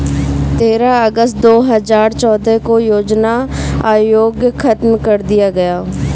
तेरह अगस्त दो हजार चौदह को योजना आयोग खत्म कर दिया गया